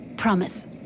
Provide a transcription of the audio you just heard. Promise